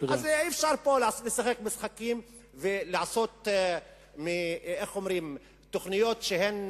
אז אי-אפשר פה לשחק משחקים ולעשות תוכניות שהן